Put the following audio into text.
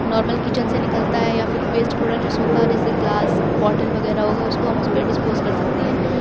normal kitchen سے نکلتا ہے یا پھر ویسٹ پروڈکٹ جو سوکھا ہے جیسے گلاس بوٹل وغیرہ ہوگیا اس کو ہم اس پہ ڈسپوز کر سکتے ہیں